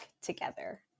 together